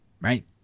right